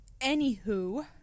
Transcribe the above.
anywho